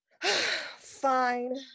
Fine